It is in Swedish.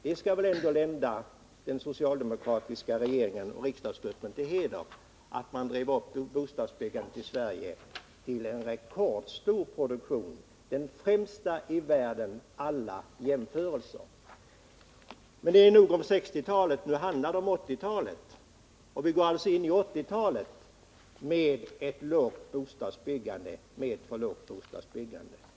Det kan väl ändå lända den socialdemokratiska regeringen och riksdagsgruppen till heder att man drev upp bostadsbyggandet i Sverige till en rekordstor produktion, den främsta i världen vid alla jämförelser. Men det är nog talat om 1960-talet, nu handlar det om 1980-talet. Vi går alltså in i 1980-talet med ett för lågt bostadsbyggande.